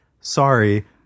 sorry